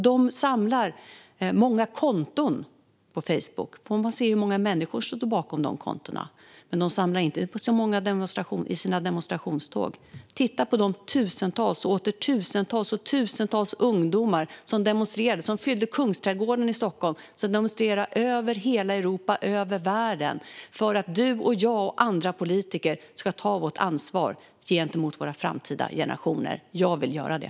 De samlar många konton på Facebook. Man får se hur många människor som står bakom de kontona. Men de samlar inte så många i sina demonstrationståg. Titta på de tusentals och åter tusentals ungdomar som demonstrerar! De fyllde Kungsträdgården i Stockholm. De demonstrerar över hela Europa och över världen för att du och jag och andra politiker ska ta vårt ansvar gentemot våra framtida generationer. Jag vill göra det.